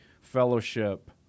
fellowship